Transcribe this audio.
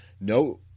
no